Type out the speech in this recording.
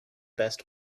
best